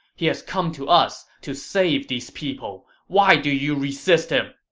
he has come to us to save these people. why do you resist him!